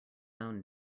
own